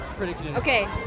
Okay